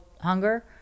hunger